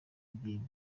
idini